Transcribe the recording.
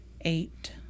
eight